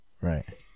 Right